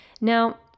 Now